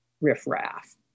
riffraff